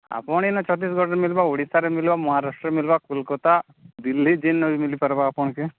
ଆପଣ ଏଇନା ଛତିଶଗଡ଼ରେ ମିଳିବ ଓଡ଼ିଶାରେ ମିଳିବ ମହାରାଷ୍ଟ୍ରରେ ମିଳିବ କୋଲକାତା ଦିଲ୍ଲୀ ଯେଉଁ ମିଳିପାରବ ଆପଣ